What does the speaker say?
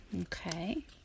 Okay